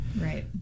Right